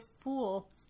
fool